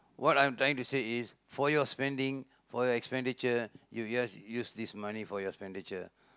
what I'm trying to say is for your spending for your expenditure you just use this money for your expenditure